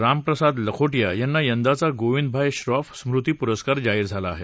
रामप्रसाद लखोटिया यांना यंदाचा गोविंदभाई श्रॉफ स्मृती पुरस्कार जाहीर झाला आहे